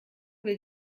will